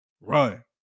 run